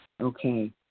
Okay